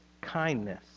kindness